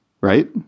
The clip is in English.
right